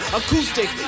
acoustic